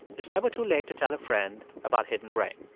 it's never too late to tell a friend about hidden brain.